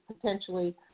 potentially